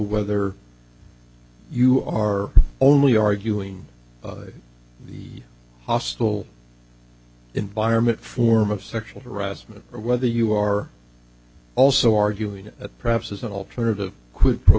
whether you are only arguing the hostile environment form of sexual harassment or whether you are also arguing that perhaps as an alternative quid pro